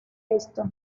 visto